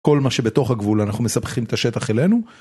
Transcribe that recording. כל מה שבתוך הגבול אנחנו מספחים את השטח אלינו.